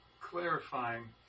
clarifying